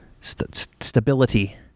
Stability